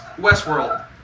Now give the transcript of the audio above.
Westworld